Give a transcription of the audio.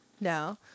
no